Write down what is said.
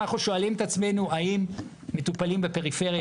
אם אנחנו שואלים את עצמנו האם מטופלים בפריפריה